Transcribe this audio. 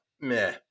meh